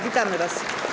Witamy was.